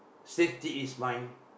safety is mine